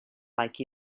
like